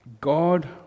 God